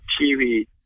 TV